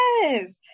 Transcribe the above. Yes